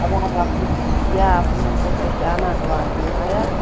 अगर फोन किया आपने हमको पहचाना तो आप यहाँ आए